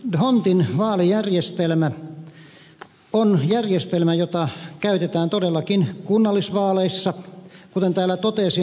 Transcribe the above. dhondtin vaalijärjestelmä on järjestelmä jota käytetään todellakin kunnallisvaaleissa kuten täällä totesin